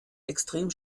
extrem